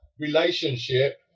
relationship